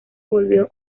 volvió